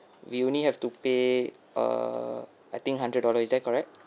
we only have to pay uh I think a hundred dollar is that correct